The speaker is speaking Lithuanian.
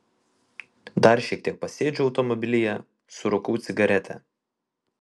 dar šiek tiek pasėdžiu automobilyje surūkau cigaretę